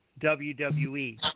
WWE